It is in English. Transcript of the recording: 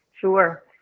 Sure